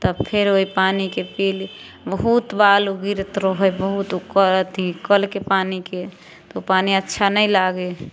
तब फेर ओहि पानीके पिली बहुत बालू गिरैत रहै बहुत ओकर अथी कलके पानीके तऽ ओ पानी अच्छा नहि लागै